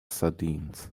sardines